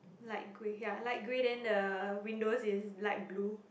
light grey ya light grey then the window is light blue